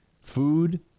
Food